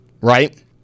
right